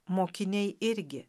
mokiniai irgi